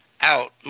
out